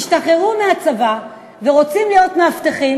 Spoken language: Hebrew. השתחררו מהצבא ורוצים להיות מאבטחים,